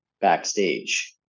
backstage